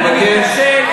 אני מתנצל.